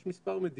יש מספר מדינות.